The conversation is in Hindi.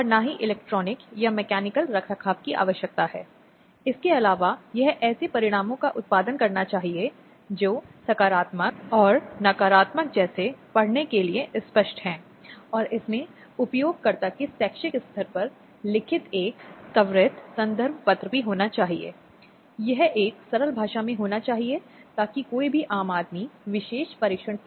अब यह मौद्रिक राहत मूल रूप से आवश्यक व्यय की बात करती है जो तत्काल माँगों को पूरा करने के लिए महिला को उपलब्ध कराई जाती है जो शायद वहां है